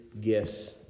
gifts